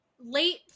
late